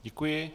Děkuji.